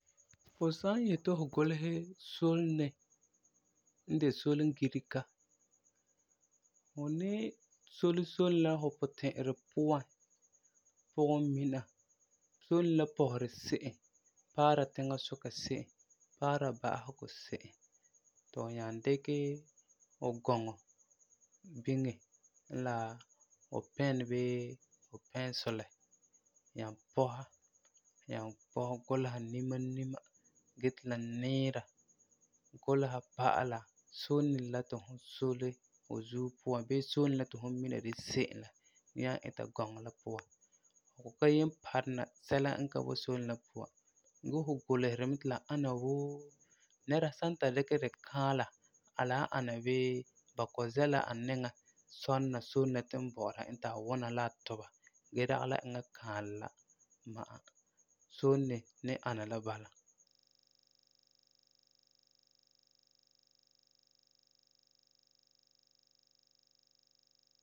Fu san yeti fu gulesɛ solene n de solengirega, fu ni solum solene la fu puti'irɛ puan, pugum mina solene la pɔseri se'em, paara tiŋasuka se'em, paara ba'asegɔ se'em, ti fu nyaa dikɛ fu gɔŋɔ biŋe n la fu pen bii fu pɛnsulɛ, nyaa pɔsɛ, nyaa pɔsɛ gulesera nima nima gee ti la niira, gulesera pa'ala solene la ti fu solum fu zuo puan, bii solene la ti fu mina di se'em la nyaa ita gɔŋɔ la puan. Fu ka yen parumna sɛla n ka boi solene la puan, gee fu guleseri mɛ ti la ana wuu, nɛra san ta dikɛ di kaala, la wan ana bii ba kɔ'ɔm zɛ la a niŋan sɔlena solene la tugum bɔ'ɔra e ti a wuna a tuba gee dagi la eŋa n kaalɛ ka ma'a. Solene ani la bala.